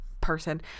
person